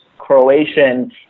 Croatian